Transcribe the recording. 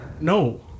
No